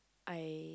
I